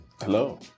Hello